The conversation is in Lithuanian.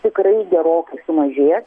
tikrai gerokai sumažė